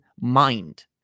mind